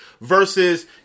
versus